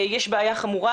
יש בעיה חמורה,